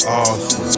awesome